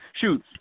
Shoot